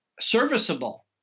serviceable